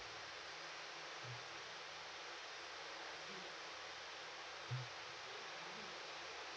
mm